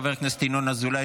חבר הכנסת ינון אזולאי.